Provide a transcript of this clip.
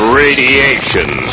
radiation